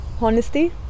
honesty